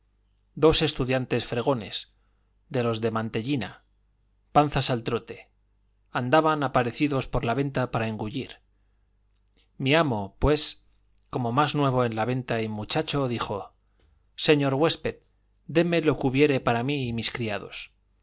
dos estudiantes fregones de los de mantellina panzas al trote andaban aparecidos por la venta para engullir mi amo pues como más nuevo en la venta y muchacho dijo señor huésped déme lo que hubiere para mí y mis criados